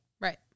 Right